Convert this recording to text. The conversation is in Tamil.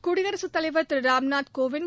குடியரசுத் தலைவர் திரு ராம்நாத் கோவிந்த்